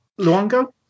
Luongo